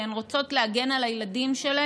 כי הן רוצות להגן על הילדים שלהן,